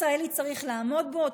הישראלי צריך לעמוד בו,